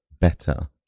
better